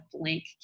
blank